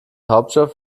hauptstadt